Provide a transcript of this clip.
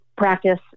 practice